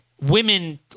women